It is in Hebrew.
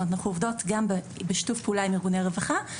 אנחנו עובדות גם בשיתוף פעולה עם ארגוני רווחה,